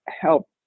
help